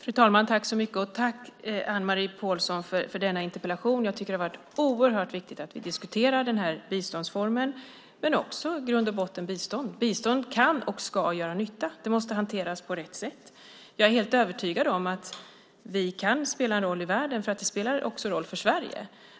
Fru talman! Tack, Anne-Marie Pålsson, för denna interpellation. Jag tycker att det är oerhört viktigt att vi diskuterar den här biståndsformen och bistånd. Bistånd kan och ska göra nytta. Det måste hanteras på rätt sätt. Jag är helt övertygad om att vi kan spela en roll i världen. Det spelar också en roll för Sverige.